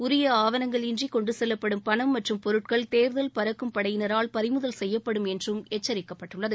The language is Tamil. உரிய ஆவணங்கள் இன்றி கொண்டு செல்லப்படும் பணம் மற்றும பொருட்கள் தோதல் பறக்கும் படையினரால் பறிமுதல் செய்யப்படும் என்றும் எச்சிக்கப்பட்டுள்ளது